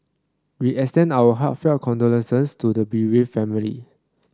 we extend our heartfelt condolences to the bereaved family